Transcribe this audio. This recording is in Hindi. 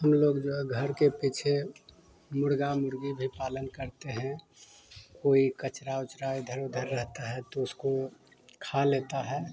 हम लोग जो है घर के पीछे मुर्गा मुर्गी भी पालन करते हैं कोई कचरा ओचरा इधर उधर रहता है तो उसको खा लेता है